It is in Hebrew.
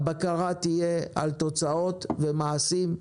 הבקרה תהיה על תוצאות ומעשים.